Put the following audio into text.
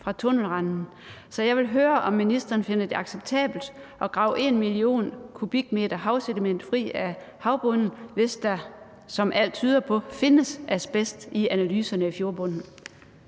fra tunnelrenden, så jeg vil høre, om ministeren finder det acceptabelt at grave 1 mio. m3 havsediment fri af havbunden, hvis der, som alt tyder på, findes asbest i analyserne af fjordbunden.